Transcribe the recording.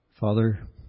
Father